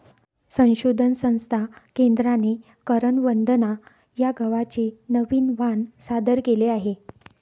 संशोधन संस्था केंद्राने करण वंदना या गव्हाचे नवीन वाण सादर केले आहे